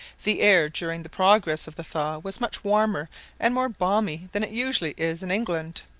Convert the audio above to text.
the air during the progress of the thaw was much warmer and more balmy than it usually is in england,